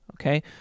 okay